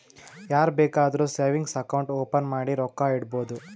ಯಾರ್ ಬೇಕಾದ್ರೂ savings account open ಮಾಡಿ ರೊಕ್ಕಾ ಇಡ್ಬೋದು